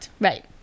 Right